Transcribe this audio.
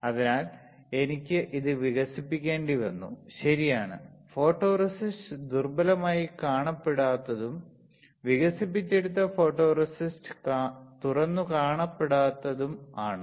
അതിനാൽ എനിക്ക് ഇത് വികസിപ്പിക്കേണ്ടിവന്നു ശരിയാണ് ഫോട്ടോറെസിസ്റ്റ് ദുർബലമായി തുറന്നുകാട്ടപ്പെടാത്തതും വികസിപ്പിച്ചെടുത്ത ഫോട്ടോറെസിസ്റ്റ് തുറന്നുകാട്ടപ്പെടാത്തതും ആണ്